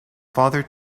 father